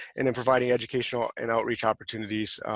and then providing educational and outreach opportunities.